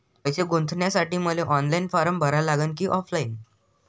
पैसे गुंतन्यासाठी मले ऑनलाईन फारम भरा लागन की ऑफलाईन?